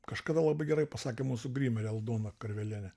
kažkada labai gerai pasakė mūsų grimerė aldona karvelienė